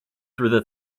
through